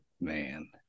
Man